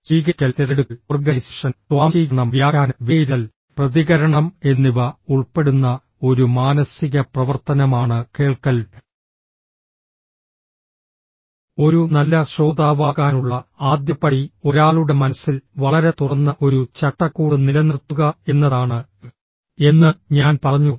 സ്വീകരിക്കൽ തിരഞ്ഞെടുക്കൽ ഓർഗനൈസേഷൻ സ്വാംശീകരണം വ്യാഖ്യാനം വിലയിരുത്തൽ പ്രതികരണം എന്നിവ ഉൾപ്പെടുന്ന ഒരു മാനസിക പ്രവർത്തനമാണ് കേൾക്കൽ ഒരു നല്ല ശ്രോതാവാകാനുള്ള ആദ്യപടി ഒരാളുടെ മനസ്സിൽ വളരെ തുറന്ന ഒരു ചട്ടക്കൂട് നിലനിർത്തുക എന്നതാണ് എന്ന് ഞാൻ പറഞ്ഞു